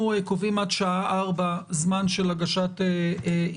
אנחנו קובעים עד שעה 16:00 זמן של הגשת הסתייגויות.